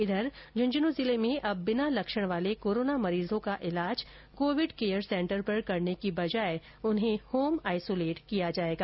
उधर झूंझनूं जिले में अब बिना लक्षण वाले कोरोना मरीजों का इलाज कोविड केयर सेंटर पर करने की बजाय होम आइसोलेट कर किया जाएगा